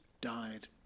died